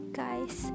guys